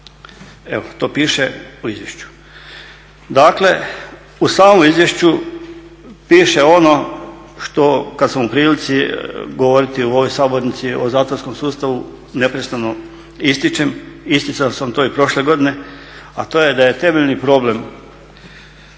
evo to piše u izvješću. Dakle, u samom izvješću piše ono što kada sam u prilici govoriti u ovoj sabornici o zatvorskom sustavu neprestano ističem, isticao sam to i prošle godine, a to je da je temeljni problem